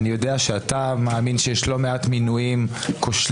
אני יודע שאתה מאמין שיש לא מעט מינויים כושלים,